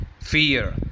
Fear